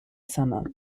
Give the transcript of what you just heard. summer